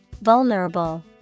Vulnerable